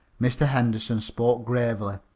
mr. henderson spoke gravely,